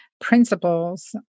principles